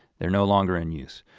they're no longer in use.